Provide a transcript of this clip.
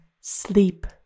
Sleep